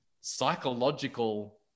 psychological